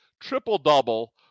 triple-double